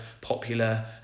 popular